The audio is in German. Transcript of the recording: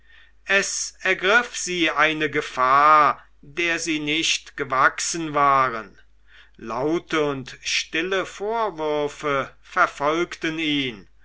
es ergriff sie eine gefahr der sie nicht gewachsen waren laute und stille vorwürfe verfolgten ihn